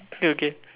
okay